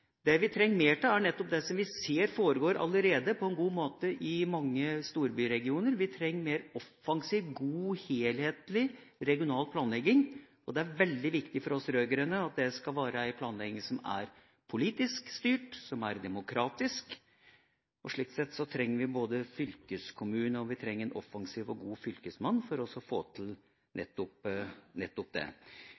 det vi trenger mer av, er nettopp det som vi allerede ser foregår på en god måte i mange storbyregioner. Vi trenger mer offensiv, god helhetlig regional planlegging. Det er veldig viktig for oss rød-grønne at det skal være en planlegging som er politisk styrt, som er demokratisk, og for å få til det trenger vi både fylkeskommune og en offensiv og god fylkesmann. Hvis vi går til